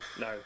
No